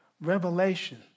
revelation